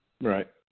Right